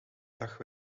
dag